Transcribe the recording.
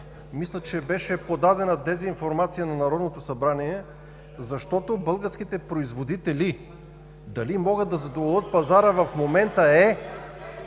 мисля, че беше подадена дезинформация на Народното събрание, защото дали българските производители могат да задоволят пазара в момента –